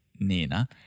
Nina